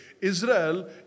Israel